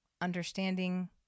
understanding